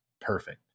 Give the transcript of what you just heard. perfect